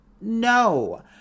no